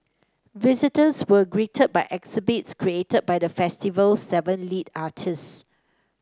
visitors were greeted by exhibits created by the festival's seven lead artists